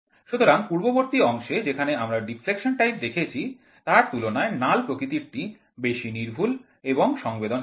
সুতরাং পূর্ববর্তী অংশে যেখানে আমরা ডিফ্লেকশন টাইপ দেখেছি তার তুলনায় নাল প্রকৃতিরটি বেশি নির্ভুল এবং সংবেদনশীল